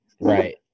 Right